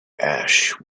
ash